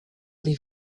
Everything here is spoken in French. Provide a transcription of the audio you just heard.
des